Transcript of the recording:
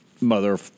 mother